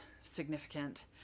significant